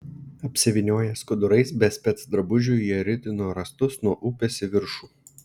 apsivynioję skudurais be specdrabužių jie ritino rąstus nuo upės į viršų